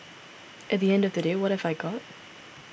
at the end of the day what have I got